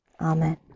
Amen